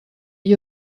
you